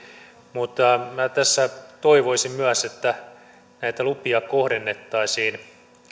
mutta minä tässä toivoisin myös että näitä lupia kohdennettaisiin